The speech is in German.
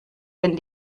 wenn